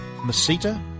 masita